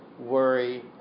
worry